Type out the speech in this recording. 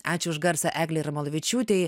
ačiū už garsą eglei jarmolavičiūtei